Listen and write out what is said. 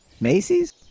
Macy's